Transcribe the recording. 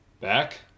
Back